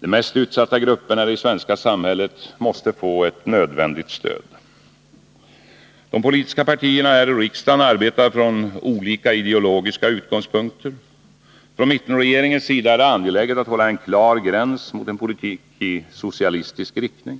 De mest utsatta grupperna i det svenska samhället måste få ett nödvändigt stöd. De politiska partierna här i riksdagen arbetar från olika ideologiska utgångspunkter. Från mittenregeringens sida är det angeläget att hålla en klar gräns mot en politik i socialistisk riktning.